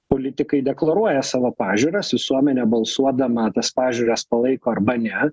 politikai deklaruoja savo pažiūras visuomenė balsuodama tas pažiūras palaiko arba ne